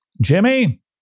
Jimmy